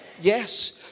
Yes